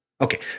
Okay